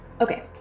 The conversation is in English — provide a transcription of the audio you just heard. Okay